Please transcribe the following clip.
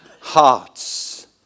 hearts